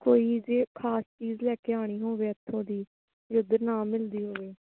ਕੋਈ ਜੇ ਖਾਸ ਚੀਜ਼ ਲੈ ਕੇ ਆਉਣੀ ਹੋਵੇ ਇੱਥੋਂ ਦੀ ਜੋ ਇਧਰ ਨਾ ਮਿਲਦੀ ਹੋਵੇ